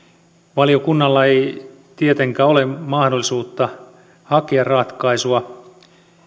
valiokunnalla ei tietenkään ole mahdollisuutta hakea ratkaisua